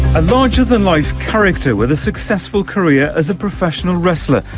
a larger-than-life character with a successful career as a professional wrestler,